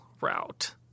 route